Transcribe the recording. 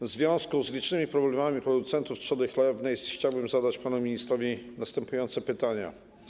W związku z licznymi problemami producentów trzody chlewnej chciałbym zadać panu ministrowi następujące pytania.